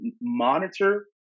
monitor